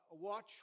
watch